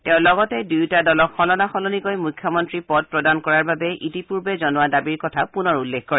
তেওঁ লগতে দুয়োটা দলক সলনা সলনিকৈ মুখ্যমন্ত্ৰী পদ প্ৰদান কৰাৰ বাবে ইতিপূৰ্বে জনোৱা দাবীৰ কথা পূনৰ উল্লেখ কৰে